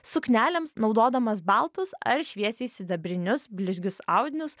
suknelėms naudodamas baltus ar šviesiai sidabrinius blizgius audinius